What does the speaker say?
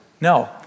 No